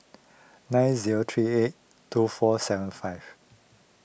nine zero three eight two four seven five